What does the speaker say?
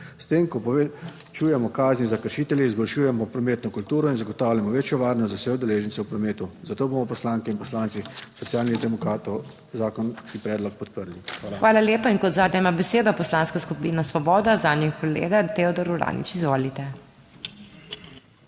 S tem, ko povečujemo kazni za kršitelje, izboljšujemo prometno kulturo in zagotavljamo večjo varnost za vse udeležence v prometu. Zato bomo poslanke in poslanci Socialnih demokratov zakonski predlog podprli. Hvala. PODPREDSEDNICA MAG. MEIRA HOT: Hvala lepa. In kot zadnja ima besedo Poslanska skupina Svoboda, zanjo kolega Teodor Uranič. Izvolite.